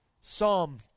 Psalm